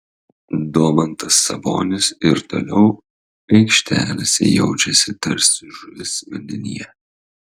domantas sabonis ir toliau aikštelėse jaučiasi tarsi žuvis vandenyje